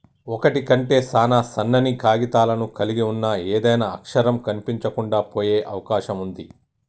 ఒకటి కంటే సాన సన్నని కాగితాలను కలిగి ఉన్న ఏదైనా అక్షరం కనిపించకుండా పోయే అవకాశం ఉంది